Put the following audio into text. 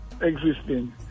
existing